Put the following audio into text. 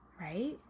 Right